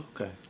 okay